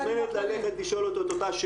את מוזמנת ללכת לשאול אותו את אותה שאלה.